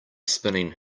spinning